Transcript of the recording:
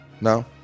no